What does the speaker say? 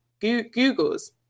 Googles